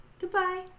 goodbye